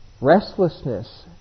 Restlessness